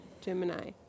Gemini